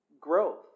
growth